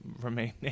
remain